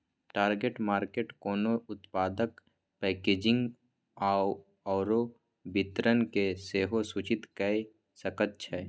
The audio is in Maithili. टारगेट मार्केट कोनो उत्पादक पैकेजिंग आओर वितरणकेँ सेहो सूचित कए सकैत छै